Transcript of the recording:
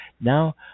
Now